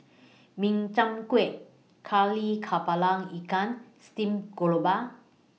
Min Chiang Kueh Kari Kepala Ikan Stream Grouper